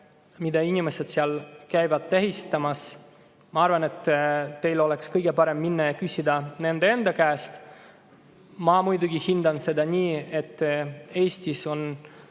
mida inimesed seal tähistamas käivad. Ma arvan, et teil oleks kõige parem minna ja küsida seda nende enda käest. Ma muidugi hindan seda nii, et Eestis on